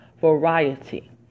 variety